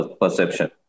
perception